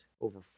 over